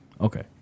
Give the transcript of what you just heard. Okay